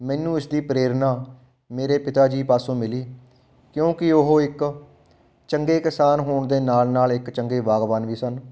ਮੈਨੂੰ ਇਸਦੀ ਪ੍ਰੇਰਨਾ ਮੇਰੇ ਪਿਤਾ ਜੀ ਪਾਸੋਂ ਮਿਲੀ ਕਿਉਂਕਿ ਉਹ ਇੱਕ ਚੰਗੇ ਕਿਸਾਨ ਹੋਣ ਦੇ ਨਾਲ਼ ਨਾਲ਼ ਇੱਕ ਚੰਗੇ ਬਾਗ਼ਬਾਨ ਵੀ ਸਨ